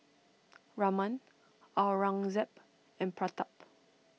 Raman Aurangzeb and Pratap